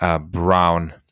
brown